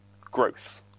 growth